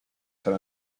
san